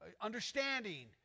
understanding